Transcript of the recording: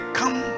come